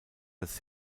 das